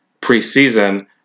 preseason